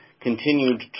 continued